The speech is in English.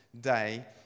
day